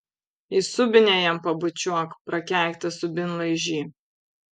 į subinę jam pabučiuok prakeiktas subinlaižy